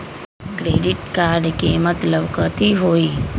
Credit card के मतलब कथी होई?